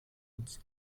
uns